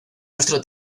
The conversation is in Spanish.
nuestro